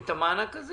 את המענק הזה